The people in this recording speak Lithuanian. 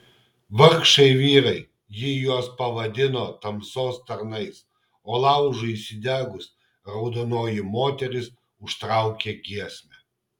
vargšai vyrai ji juos pavadino tamsos tarnais o laužui įsidegus raudonoji moteris užtraukė giesmę